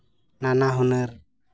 ᱱᱟᱱᱟᱦᱩᱱᱟᱹᱨ